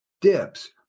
dips